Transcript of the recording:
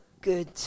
good